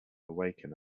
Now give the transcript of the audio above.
awaken